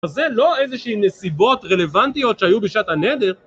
זה לא איזושהי נסיבות רלוונטיות שהיו בשעת הנדר.